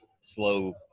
slow